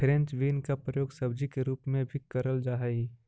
French bean का प्रयोग सब्जी के रूप में भी करल जा हई